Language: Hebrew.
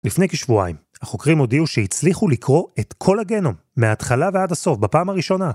לפני כשבועיים החוקרים הודיעו שהצליחו לקרוא את כל הגנום מההתחלה ועד הסוף בפעם הראשונה.